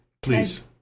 Please